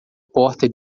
porta